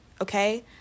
Okay